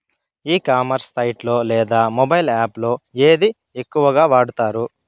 ఈ commerce site లో లేదా మొబైల్ యాప్ లో ఏది ఎక్కువగా వాడుతారు?